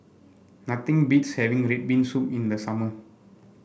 nothing beats having red bean soup in the summer